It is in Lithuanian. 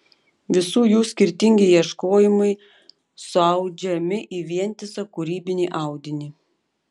visų jų skirtingi ieškojimai suaudžiami į vientisą kūrybinį audinį